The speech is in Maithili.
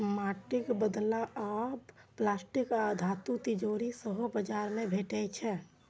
माटिक बदला आब प्लास्टिक आ धातुक तिजौरी सेहो बाजार मे भेटै छै